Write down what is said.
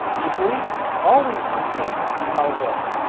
if we always succeed in our work,